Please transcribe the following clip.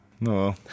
No